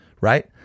right